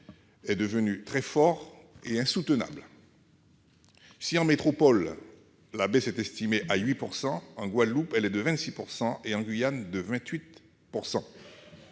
d'outre-mer est insoutenable. Si, en métropole, la baisse est estimée à 8 %, en Guadeloupe elle est de 26 % et en Guyane de 28 %.